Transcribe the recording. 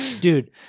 Dude